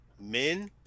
Men